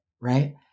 right